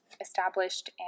established